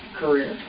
career